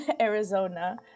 Arizona